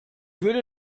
würde